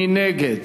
מי נגד?